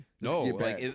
No